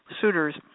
suitors